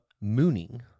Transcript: mooning